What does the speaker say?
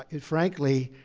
and, frankly,